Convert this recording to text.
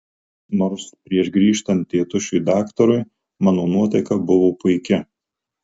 nors prieš grįžtant tėtušiui daktarui mano nuotaika buvo puiki